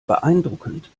beeindruckend